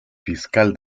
fiscal